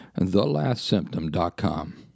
thelastsymptom.com